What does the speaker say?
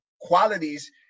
qualities